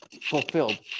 fulfilled